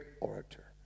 orator